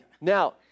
Now